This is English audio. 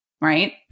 right